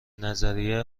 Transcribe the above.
نظریه